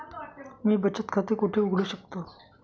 मी बचत खाते कोठे उघडू शकतो?